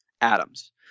atoms